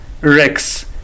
Rex